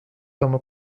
tomó